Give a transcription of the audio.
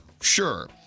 Sure